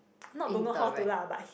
not don't know how to lah but